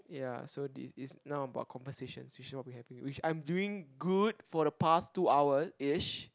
ya so it is now about conversations which is what we are having which I'm doing good for the past two hours ish